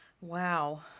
Wow